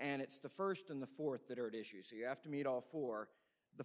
and it's the first in the fourth that are at issue so you have to meet all for the